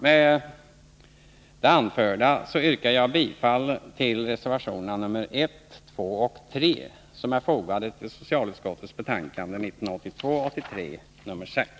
Med det anförda yrkar jag bifall till reservationerna 1,2 och 3 som är fogade till socialutskottets betänkande 1982/83:6.